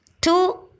Two